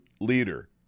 leader